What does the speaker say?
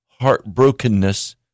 heartbrokenness